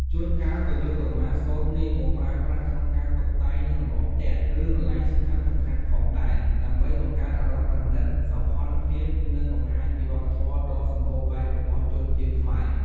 ជួនកាលក៏យកក្រមាសូត្រនេះមកប្រើប្រាស់ក្នុងការតុបតែង និងលម្អផ្ទះ ឬកន្លែងសំខាន់ៗផងដែរ ដើម្បីបង្កើតអារម្មណ៍ប្រណិត សោភ័ណភាព និងបង្ហាញពីវប្បធម៌ដ៏សម្បូរបែបរបស់ជនជាតិខ្មែរ។